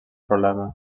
problema